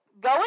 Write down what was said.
Go